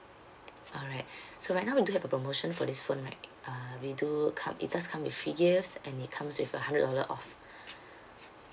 alright so right now we do have a promotion for this phone right uh we do come it does come with free gifts and it comes with a hundred dollar off